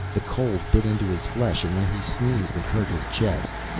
the cold bit into his flesh, and when he sneezed it hurt his chest.